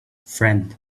friend